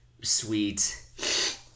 sweet